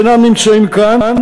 שאינם נמצאים כאן,